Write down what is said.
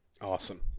Awesome